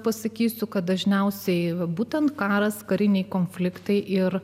pasakysiu kad dažniausiai būtent karas kariniai konfliktai ir